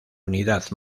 unidad